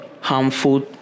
harmful